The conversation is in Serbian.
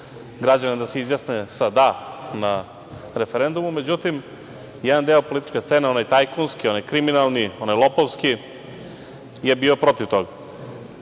građane da se izjasne sa da na referendumu, međutim jedan deo političke scene, onaj tajkunski, onaj kriminalni, onaj lopovski je bio protiv toga.